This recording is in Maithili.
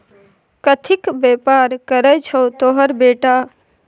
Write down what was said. कथीक बेपार करय छौ तोहर बेटा?